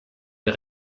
der